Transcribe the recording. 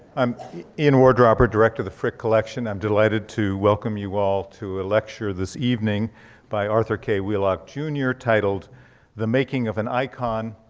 i'm ian wardropper, director of the frick collection. i'm delighted to welcome you all to a lecture this evening by arthur k wheelock, jr, titled the making of an icon,